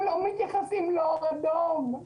הם לא מתייחסים לאור אדום.